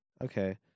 okay